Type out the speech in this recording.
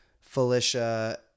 Felicia